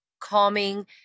calming